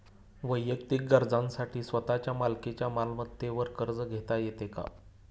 वैयक्तिक गरजांसाठी स्वतःच्या मालकीच्या मालमत्तेवर कर्ज घेता येतो का?